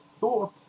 thought